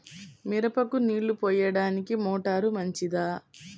మిరపకు నీళ్ళు పోయడానికి మోటారు మంచిదా?